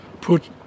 put